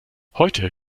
heute